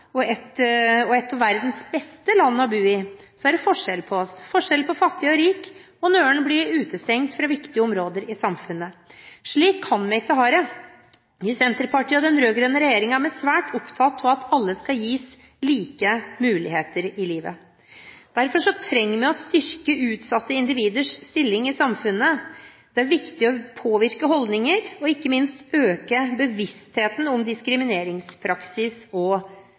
og et av verdens beste land å bo i, er det forskjell på oss – forskjell på fattig og rik – og noen blir utestengt fra viktige områder i samfunnet. Slik kan vi ikke ha det. I Senterpartiet og den rød-grønne regjeringen er vi svært opptatt av at alle skal gis like muligheter i livet. Derfor trenger vi å styrke utsatte individers stilling i samfunnet. Det er viktig å påvirke holdninger, og ikke minst å øke bevisstheten om diskrimineringspraksis og